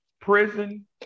prison